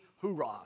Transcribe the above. hoorah